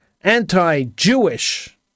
anti-Jewish